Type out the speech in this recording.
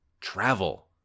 travel